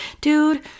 Dude